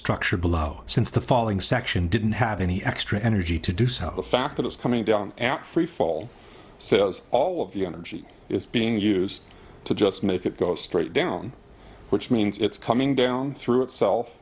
structure below since the falling section didn't have any extra energy to do so the fact that it's coming down at freefall so all of the energy is being used to just make it go straight down which means it's coming down through itself